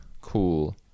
cool